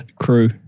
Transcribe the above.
crew